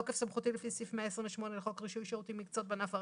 בתוקף סמכותי לפי סעיף 128 לחוק רישוי שירותים ומקצועות בענף הרכב,